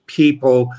people